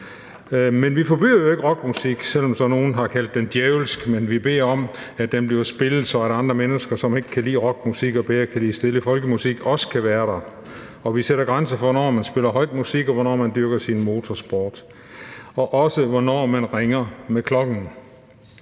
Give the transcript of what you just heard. Men vi forbyder jo ikke rockmusik, selv om så nogle har kaldt den djævelsk, men vi beder om, at den bliver spillet, så andre mennesker, som ikke kan lide rockmusik og bedre kan lide stille folkemusik, også kan være der. Og vi sætter grænser for, hvornår man spiller høj musik, og hvornår man dyrker sin motorsport – og også hvornår man ringer med klokkerne.